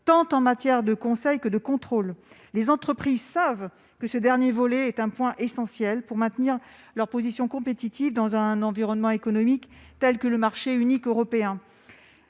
en matière tant de conseil que de contrôle. Les entreprises savent que ce dernier volet est essentiel pour maintenir leur position compétitive dans un environnement économique tel que le marché unique européen.